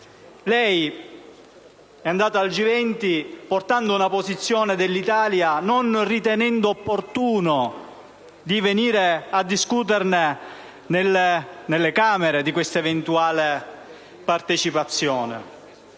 è andato al Vertice G20 portando la posizione dell'Italia, non ritenendo opportuno venire a discutere nelle Camere di questa eventuale partecipazione,